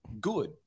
good